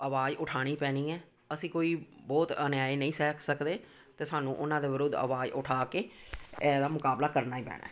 ਆਵਾਜ਼ ਉਠਾਉਣੀ ਪੈਣੀ ਹੈ ਅਸੀਂ ਕੋਈ ਬਹੁਤ ਅਨਿਆਏ ਨਹੀਂ ਸਹਿ ਸਕਦੇ ਅਤੇ ਸਾਨੂੰ ਉਹਨਾਂ ਦੇ ਵਿਰੁੱਧ ਆਵਾਜ਼ ਉਠਾ ਕੇ ਇਹਦਾ ਮੁਕਾਬਲਾ ਕਰਨਾ ਹੀ ਪੈਣਾ